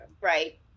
Right